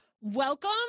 Welcome